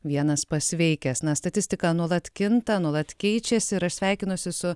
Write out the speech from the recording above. vienas pasveikęs na statistika nuolat kinta nuolat keičiasi ir aš sveikinuosi su